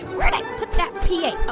where'd i put that pa? but